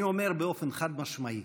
אני אומר באופן חד-משמעי: